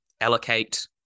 allocate